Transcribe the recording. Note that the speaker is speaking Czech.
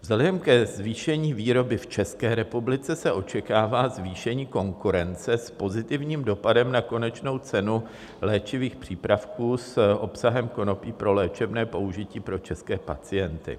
Vzhledem ke zvýšení výroby v České republice se očekává zvýšení konkurence s pozitivním dopadem na konečnou cenu léčivých přípravků s obsahem konopí pro léčebné použití pro české pacienty.